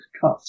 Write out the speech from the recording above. cut